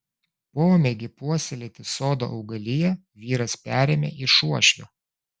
pomėgį puoselėti sodo augaliją vyras perėmė iš uošvio